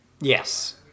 Yes